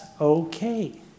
okay